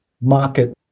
market